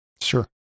Sure